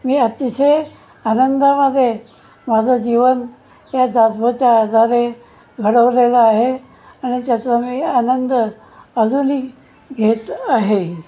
मी अतिशय आनंदामध्ये माझं जीवन या दासबोच्या आधारे घडवलेलं आहे आणि त्याचा मी आनंद अजूनही घेत आहे